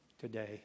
today